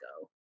go